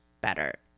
better